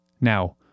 Now